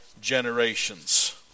generations